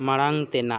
ᱢᱟᱲᱟᱝ ᱛᱮᱱᱟᱜ